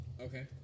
okay